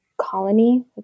colony